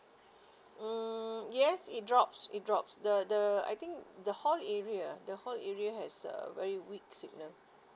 mm yes it drops it drops the the I think the hall area the hall area has a very weak signal